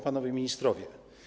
Panowie Ministrowie!